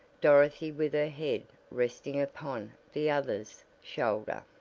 dorothy with her head resting upon the other's shoulder.